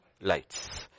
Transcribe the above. lights